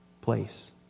place